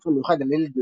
ספר מיוחד על ילד מיוחד,